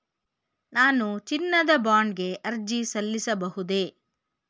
ನಾನು ಚಿನ್ನದ ಬಾಂಡ್ ಗೆ ಅರ್ಜಿ ಸಲ್ಲಿಸಬಹುದೇ?